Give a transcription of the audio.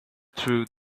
through